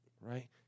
right